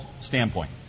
standpoint